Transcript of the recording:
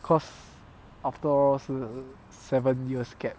because after all 是 seven years gap